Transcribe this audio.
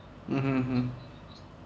mmhmm mmhmm